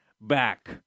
back